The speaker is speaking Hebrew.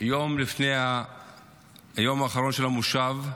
יום לפני היום האחרון של המושב.